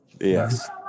Yes